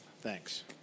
Thanks